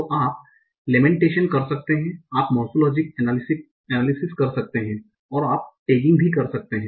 तो आप लेमेंटेशन कर सकते हैं आप मोर्फ़ोलोजिकल अनालिसिस कर सकते हैं और आप टैगिंग भी कर सकते हैं